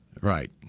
Right